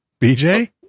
BJ